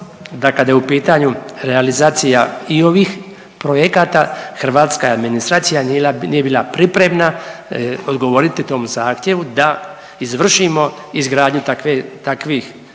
da kada je u pitanju realizacija i ovih projekata hrvatska administracija nije bila pripremna odgovoriti tom zahtjevu da izvršimo izgradnju takve, takvih